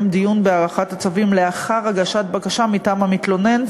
דיון בהארכת הצווים לאחר הגשת בקשה מטעם המתלונן,